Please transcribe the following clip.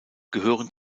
gehören